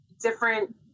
different